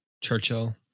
Churchill